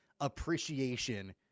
appreciation